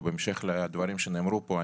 ובהמשך לדברים שנאמרו פה,